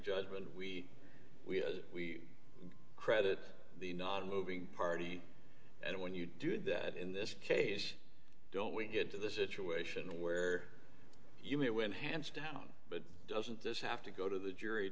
judgment we we we credit the nonmoving party and when you do that in this case don't we get to the situation where you might win hands down but doesn't this have to go to the jury